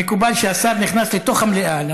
מקובל שהשר נכנס לתוך המליאה.